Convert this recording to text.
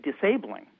disabling